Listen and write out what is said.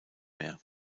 mehr